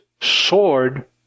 sword